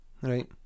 Right